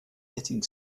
getting